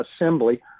assembly